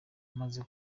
maze